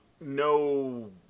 no